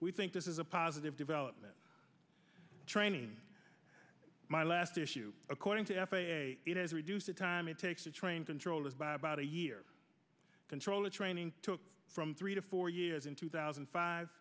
we think this is a positive development training my last issue according to f a a it has reduced the time it takes to train controllers by about a year controller training took from three to four years in two thousand